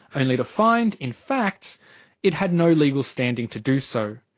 only to find in fact it had no legal standing to do so.